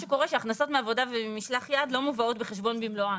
הכנסות מעבודה וממשלח יד לא מובאות בחשבון במלואן.